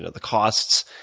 the costs.